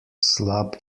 slab